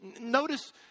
Notice